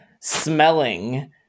smelling